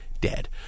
dead